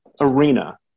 arena